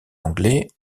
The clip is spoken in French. anglais